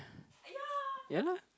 ya lah